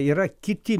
yra kiti